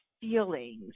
feelings